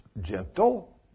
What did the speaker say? gentle